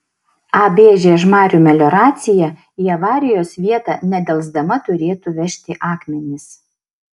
ab žiežmarių melioracija į avarijos vietą nedelsdama turėtų vežti akmenis